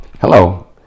Hello